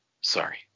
sorry